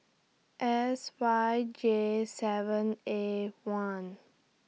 S Y J seven A one